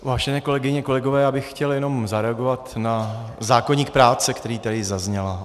Vážené kolegyně, kolegové, já bych chtěl jenom zareagovat na zákoník práce, který tady zazněl.